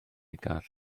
gaeth